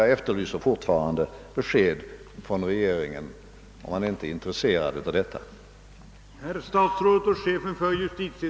Jag efterlyser fortfarande besked från regeringen, huruvida man där är intresserad eller ej av herr Wedéns förslag.